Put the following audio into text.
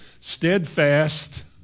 steadfast